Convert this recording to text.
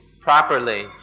properly